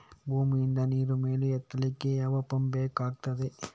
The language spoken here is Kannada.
ಬಾವಿಯಿಂದ ನೀರು ಮೇಲೆ ಎತ್ತಲಿಕ್ಕೆ ಯಾವ ಪಂಪ್ ಬೇಕಗ್ತಾದೆ?